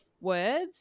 words